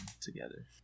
together